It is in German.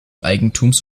eigentums